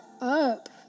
up